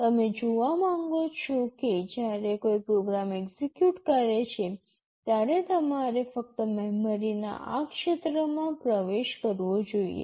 તમે જોવા માંગો છો કે જ્યારે કોઈ પ્રોગ્રામ એક્ઝેક્યુટ કરે છે ત્યારે તમારે ફક્ત મેમરીના આ ક્ષેત્રમાં પ્રવેશ કરવો જોઇએ